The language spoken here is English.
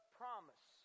promise